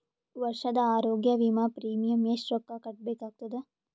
ವರ್ಷದ ಆರೋಗ್ಯ ವಿಮಾ ಪ್ರೀಮಿಯಂ ಎಷ್ಟ ರೊಕ್ಕ ಕಟ್ಟಬೇಕಾಗತದ?